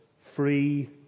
free